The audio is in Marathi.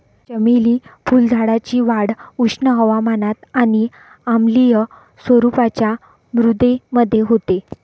चमेली फुलझाडाची वाढ उष्ण हवामानात आणि आम्लीय स्वरूपाच्या मृदेमध्ये होते